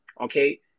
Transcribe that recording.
okay